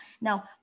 Now